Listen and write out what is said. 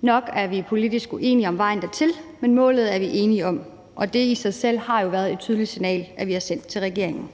Nok er vi politisk uenige om vejen dertil, men målet er vi enige om, og det i sig selv har jo været et tydeligt signal, som vi har sendt til regeringen.